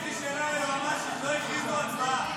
לא הכריזו "הצבעה".